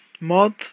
mod